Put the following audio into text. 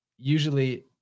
usually